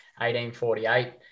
1848